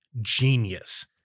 genius